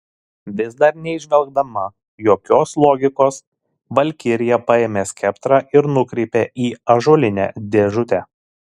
vis dar neįžvelgdama jokios logikos valkirija paėmė skeptrą ir nukreipė į ąžuolinę dėžutę